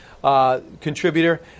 contributor